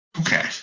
Okay